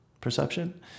perception